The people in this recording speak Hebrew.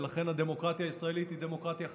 ולכן הדמוקרטיה הישראלית היא דמוקרטיה חזקה.